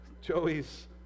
Joey's